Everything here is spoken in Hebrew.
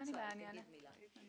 בבקשה תעני לו.